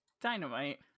Dynamite